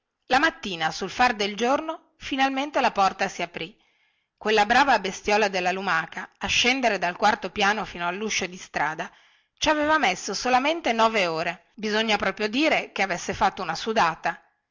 la mattina sul far del giorno finalmente la porta si aprì quella brava bestiola della lumaca a scendere dal quarto piano fino alluscio di strada ci aveva messo solamente nove ore bisogna proprio dire che avesse fatto una sudata